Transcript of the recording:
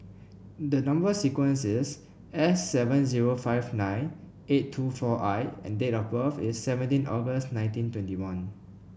the number sequence is S seven zero five nine eight two four I and date of birth is seventeen August nineteen twenty one